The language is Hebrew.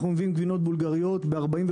אנחנו מביאים גבינות בולגריות ב-40%